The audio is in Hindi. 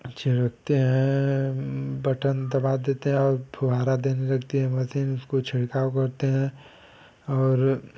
छिड़कते हैं बटन दबा देते हैं और फुहारा देने लगती है मशीन उसको छिड़काव करते हैं और